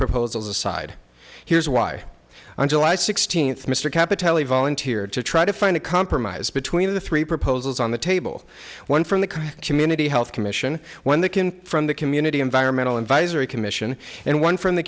proposals aside here's why on july sixteenth mr capitally volunteered to try to find a compromise between the three proposals on the table one from the community health commission when they can from the community environmental invitees or commission and one from the